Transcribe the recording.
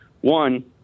one